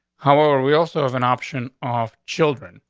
however, we also have an option off children.